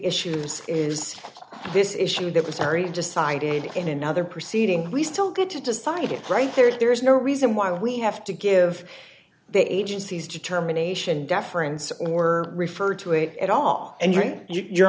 issues is this issue that was very decided in another proceeding we still get to decide it right there there is no reason why we have to give the agency's determination deference or refer to it at all and during your